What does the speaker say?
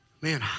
man